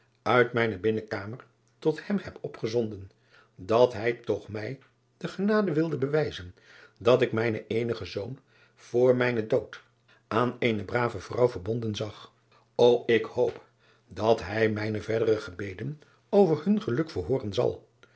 uit mijne binnenkamer tot hem heb opgezonden dat ij toch mij de genade wilde bewijzen dat ik mijnen eenigen zoon voor mijnen dood aan eene brave vrouw verbonden zag o k hoop dat ij mijne verdere gebeden over hun geluk verhooren zal